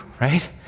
Right